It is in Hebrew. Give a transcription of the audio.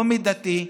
לא מידתי,